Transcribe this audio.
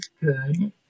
good